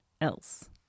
else